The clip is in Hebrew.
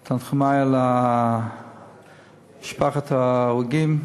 את תנחומי למשפחות ההרוגים,